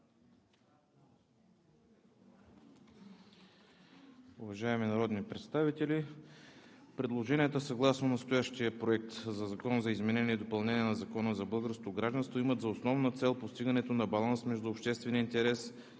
Уважаеми народни представители! Предложенията съгласно настоящия Проект на закон за изменение и допълнение на Закона за българското гражданство имат за основна цел постигането на баланс между обществения интерес, този